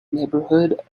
neighbourhood